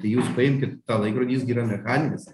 tai jūs paimkit tą laikrodį jis gi yra mechaninis